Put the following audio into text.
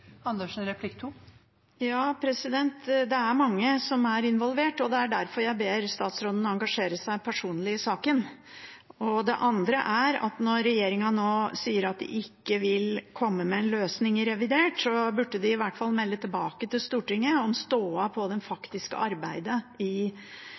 Ja, det er mange som er involvert, og det er derfor jeg ber statsråden engasjere seg personlig i saken. Det andre er at når regjeringen nå sier at de ikke vil komme med en løsning i revidert, burde de i hvert fall melde tilbake til Stortinget i revidert om